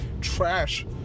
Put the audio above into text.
trash